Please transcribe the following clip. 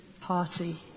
party